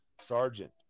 Sergeant